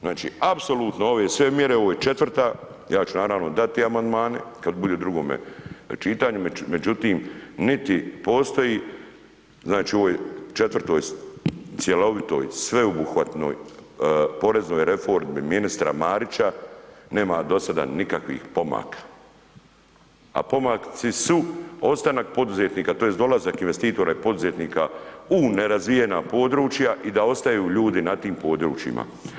Znači apsolutno ove sve mjere, ovo je 4.-ta, ja ću naravno dati amandmane kad bude u drugome čitanju, međutim niti postoji, znači u ovoj 4.-toj cjelovitoj, sveobuhvatnoj reformi ministra Marića, nema do sada nikakvih pomaka a pomaci su ostanak poduzetnika, tj. dolazak investitora i poduzetnika u nerazvijena područja i da ostaju ljudi na tim područjima.